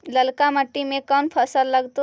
ललका मट्टी में कोन फ़सल लगतै?